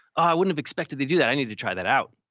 i wouldn't have expected they'd do that. i need to try that out.